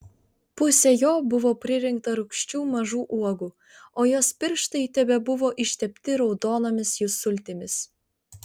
pusė jo buvo pririnkta rūgščių mažų uogų o jos pirštai tebebuvo ištepti raudonomis jų sultimis